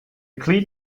cleat